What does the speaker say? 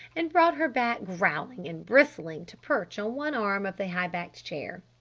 and brought her back growling and bristling to perch on one arm of the high-backed chair.